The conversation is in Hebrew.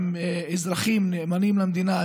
הם אזרחים נאמנים למדינה,